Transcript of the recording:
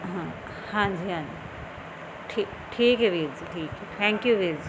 ਹਾਂ ਹਾਂਜੀ ਹਾਂਜੀ ਠੀ ਠੀਕ ਹੈ ਵੀਰ ਠੀਕ ਹੈ ਥੈਂਕ ਯੂ ਵੀਰ ਜੀ